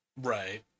Right